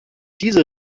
diese